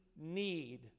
need